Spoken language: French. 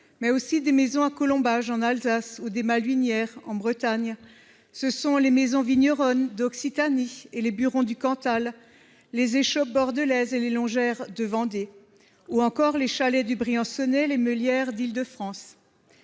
mais aussi des maisons à colombage en Alsace ou des malouinières en Bretagne. Ce sont les maisons vigneronnes d'Occitanie et les burons du Cantal, les échoppes bordelaises et les longères de Vendée ou encore les chalets du Briançonnais et les meulières d'Île-de-France.